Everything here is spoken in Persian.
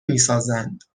میسازند